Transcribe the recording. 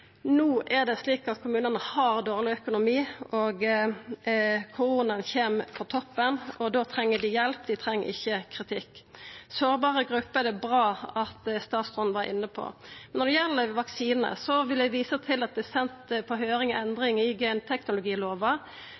No er det slik at kommunane har dårleg økonomi, og koronaen kjem på toppen. Da treng dei hjelp, dei treng ikkje kritikk. Statsråden var inne på sårbare grupper, og det er bra. Når det gjeld vaksinar, vil eg visa til at endring i genteknologiloven er sende på høyring.